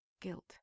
Guilt